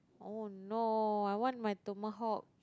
oh no I want my Tomahawk